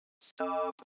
Stop